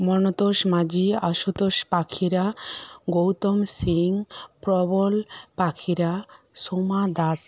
Manatosh Majhi Ashutosh Pakhira Gautam Singh Prabal Pakhira Soma Das